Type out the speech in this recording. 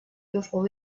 before